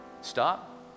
stop